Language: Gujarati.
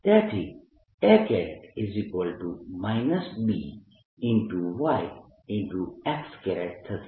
તેથી A B y x થશે